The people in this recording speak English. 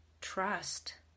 trust